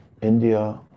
India